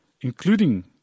Including